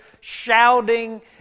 shouting